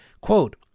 Quote